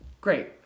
great